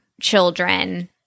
children